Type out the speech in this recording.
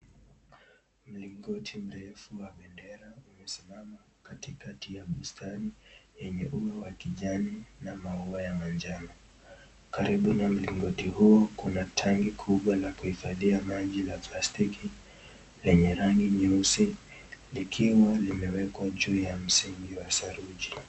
Mlingoti mrefu wa bendera umesimama katikati ya bustani yenye umbo wa kijani na maua ya manjano. Karibu na mlingoti huo kuna tanki kubwa la kuhifadhi maji na plastiki lenye rangi nyeusi likiwa limeekwa juu ya msingi wa saruji.